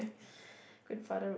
grandfather road